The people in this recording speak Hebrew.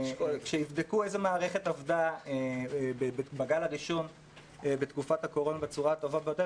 כשיבדקו איזה מערכת עבדה בגל הראשון בתקופת הקורונה בצורה הטובה ביותר,